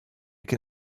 can